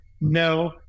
no